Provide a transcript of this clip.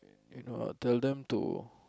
you know I'll tell them to